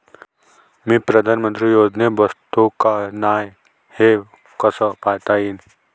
मी पंतप्रधान योजनेत बसतो का नाय, हे कस पायता येईन?